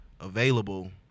available